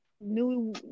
New